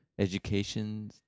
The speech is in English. education